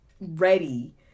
ready